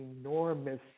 enormous